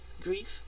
grief